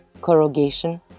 corrugation